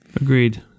Agreed